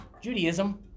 Judaism